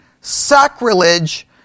sacrilege